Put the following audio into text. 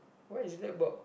what is that about